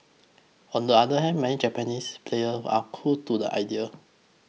on the other hand many Japanese player are cool to the idea